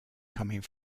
coming